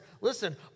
listen